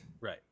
right